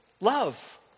love